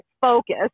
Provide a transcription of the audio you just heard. focus